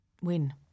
win